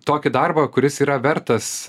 tokį darbą kuris yra vertas